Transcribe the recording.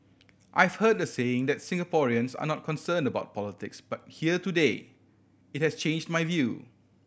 I've heard the saying that Singaporeans are not concerned about politics but here today it has changed my view